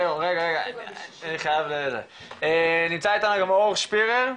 נמצא אתנו גם אור שפירר.